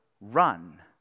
run